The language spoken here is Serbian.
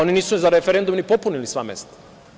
Oni nisu za referendum ni popunili sva mesta.